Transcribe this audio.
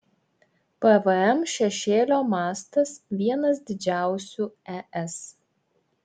pvm šešėlio mastas vienas didžiausių es